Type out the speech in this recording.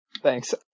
Thanks